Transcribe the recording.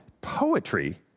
Poetry